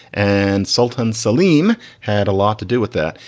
and sultan saleem had a lot to do with that.